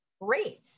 great